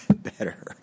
better